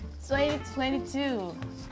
2022